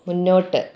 മുന്നോട്ട്